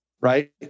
right